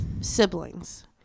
siblings